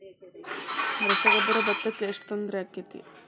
ರಸಗೊಬ್ಬರ, ಭತ್ತಕ್ಕ ಎಷ್ಟ ತೊಂದರೆ ಆಕ್ಕೆತಿ?